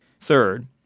Third